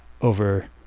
over